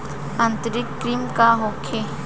आंतरिक कृमि का होखे?